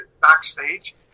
backstage